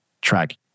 track